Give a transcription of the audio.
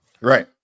Right